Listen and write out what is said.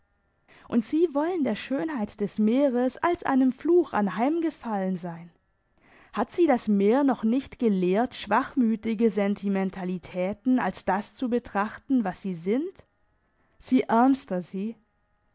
und sie wollen der schönheit des meeres als einem fluch anheim gefallen sein hat sie das meer noch nicht gelehrt schwachmütige sentimentalitäten als das zu betrachten was sie sind sie ärmster sie